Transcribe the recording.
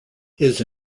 his